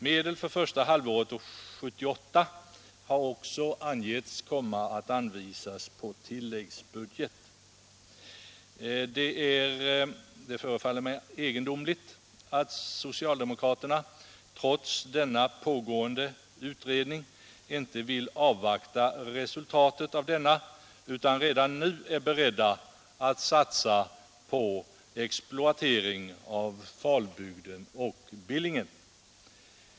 Medel för första halvåret 1978 kommer enligt propositionen att anvisas på tillläggsbudget. Det förefaller mig egendomligt att socialdemokraterna inte vill avvakta resultatet av pågående utredning utan redan nu är beredda att satsa på exploatering av Falbygden och Billingen.